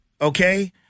okay